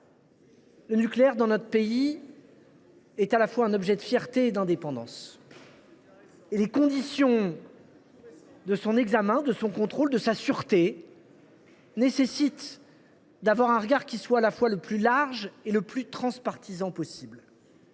le nucléaire dans notre pays est à la fois un objet de fierté et d’indépendance. C’est bien récent ! Les conditions de son examen, de son contrôle, de sa sûreté, nécessitent d’avoir un regard qui soit à la fois le plus large et le plus transpartisan possible.